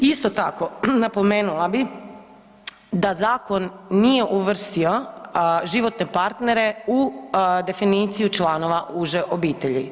Isto tako napomenula bi da zakon nije uvrstio životne partnere u definicija članova uže obitelji.